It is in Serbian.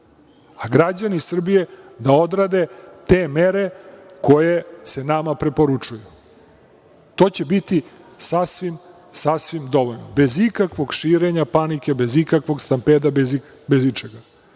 a građani Srbije da odrade te mere koje se nama preporučuju. To će biti sasvim dovoljno, bez ikakvog širenja panike, bez ikakvog stampeda, bez ičega. Još